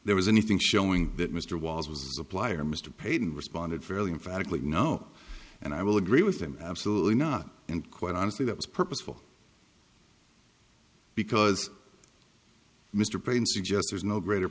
there was anything showing that mr was was a supplier mr payton responded fairly emphatically no and i will agree with him absolutely not and quite honestly that was purposeful because mr payne suggests there's no greater